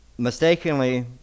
Mistakenly